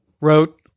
wrote